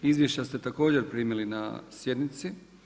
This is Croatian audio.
Izvješća ste također primili na sjednici.